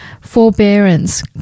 forbearance